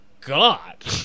god